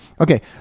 Okay